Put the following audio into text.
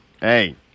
Hey